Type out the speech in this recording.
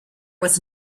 was